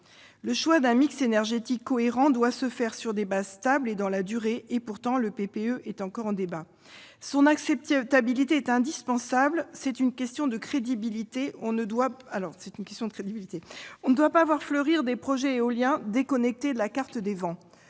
Le choix d'un mix énergétique cohérent doit se faire sur des bases stables et dans la durée. Pourtant, la PPE est encore en débat ! Son acceptabilité est indispensable, c'est une question de crédibilité. On ne doit pas voir fleurir des projets éoliens déconnectés de la carte des vents.